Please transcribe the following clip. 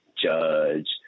judge